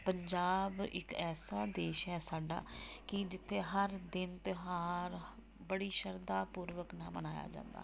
ਪੰਜਾਬ ਇੱਕ ਐਸਾ ਦੇਸ਼ ਹੈ ਸਾਡਾ ਕਿ ਜਿੱਥੇ ਹਰ ਦਿਨ ਤਿਉਹਾਰ ਬੜੀ ਸ਼ਰਧਾ ਪੂਰਵਕ ਨਾਲ ਮਨਾਇਆ ਜਾਦਾ ਹੈ